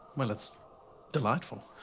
well, it's delightful.